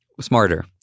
smarter